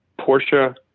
Porsche –